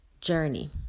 journey